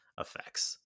effects